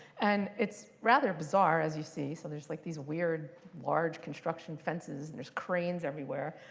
and it's rather bizarre, as you see. so there's like these weird, large construction fences. and there's cranes everywhere.